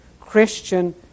Christian